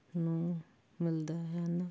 ਨੂੰ ਮਿਲਦਾ ਹਨ